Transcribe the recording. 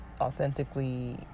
authentically